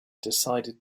decided